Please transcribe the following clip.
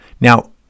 Now